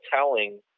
telling